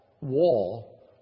wall